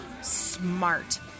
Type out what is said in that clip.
smart